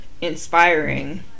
inspiring